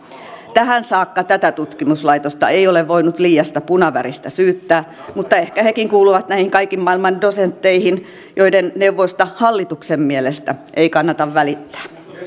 tähän saakka tätä tutkimuslaitosta ei ole voinut liiasta punaväristä syyttää mutta ehkä hekin kuuluvat näihin kaiken maailman dosentteihin joiden neuvoista hallituksen mielestä ei kannata välittää